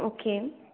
okay